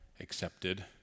accepted